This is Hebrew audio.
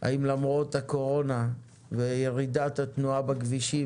האם למרות הקורונה וירידת התנועה בכבישים